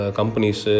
companies